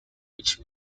which